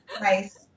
nice